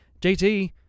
jt